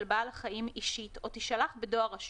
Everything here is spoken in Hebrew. בעל חיים אישית או תישלח בדואר רשום,